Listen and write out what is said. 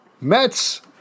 Mets